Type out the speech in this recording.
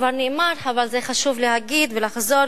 כבר נאמר אבל חשוב להגיד ולחזור,